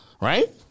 right